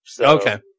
Okay